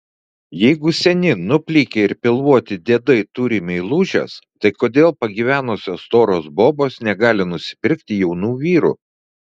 jeigu seni nuplikę ir pilvoti diedai turi meilužes tai kodėl pagyvenusios storos bobos negali nusipirkti jaunų vyrų